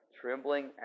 trembling